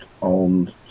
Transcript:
on